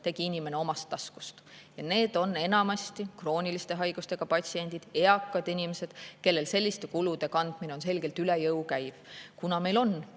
tegi inimene omast taskust, ja need on enamasti krooniliste haigustega patsiendid, eakad inimesed, kellele selliste kulude kandmine on selgelt üle jõu käiv. Kuna meil on digiretseptid